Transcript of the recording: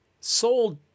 sold